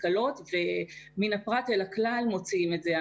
התקלות ומן הפרט אל הכלל מוציאים את זה.